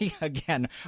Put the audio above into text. Again